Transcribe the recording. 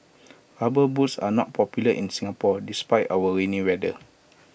rubber boots are not popular in Singapore despite our rainy weather